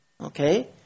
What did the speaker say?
okay